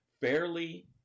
fairly